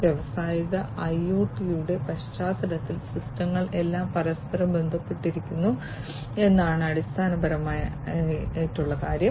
വ്യാവസായിക ഐഒടിയുടെ പശ്ചാത്തലത്തിൽ സിസ്റ്റങ്ങൾ എല്ലാം പരസ്പരം ബന്ധപ്പെട്ടിരിക്കുന്നു എന്നതാണ് അടിസ്ഥാനപരമായ അടിസ്ഥാനം